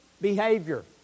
behavior